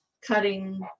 cutting